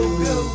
go